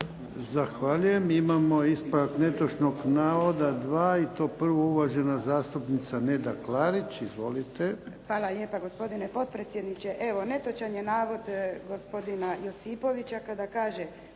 Zahvaljujem. Imamo ispravak netočnog navoda 2. I to prvo uvažena zastupnica Neda Klarić. Izvolite. **Klarić, Nedjeljka (HDZ)** Hvala lijepa gospodine potpredsjedniče. Evo, netočan je navod gospodina Josipovića kada kaže: